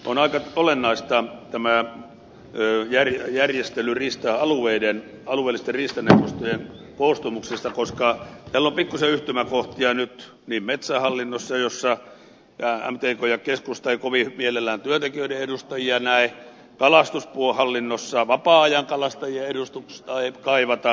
on aika olennaista tämä järjestely riista alueiden alueellisten riistaneuvostojen koostumuksesta koska tällä on pikkuisen yhtymäkohtia nyt metsähallinnossa jossa mtk ja keskusta eivät kovin mielellään työntekijöiden edustajia näe ja kalastushallinnossa vapaa ajankalastajien edustusta ei kaivata